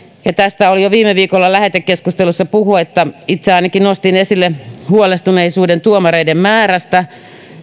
ja tästä oli jo viime viikolla lähetekeskustelussa puhetta itse ainakin nostin esille huolestuneisuuden tuomareiden määrästä